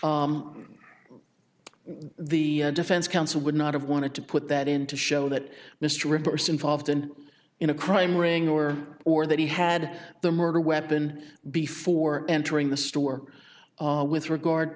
taken the defense counsel would not have wanted to put that in to show that mr reverse involved and in a crime ring or or that he had the murder weapon before entering the store with regard